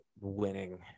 winning